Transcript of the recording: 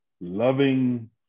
Loving